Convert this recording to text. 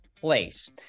place